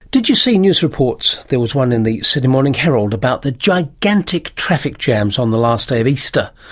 did you see news reports there was one in the sydney morning herald about the gigantic traffic jams on the last day of easter?